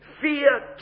fear